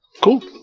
cool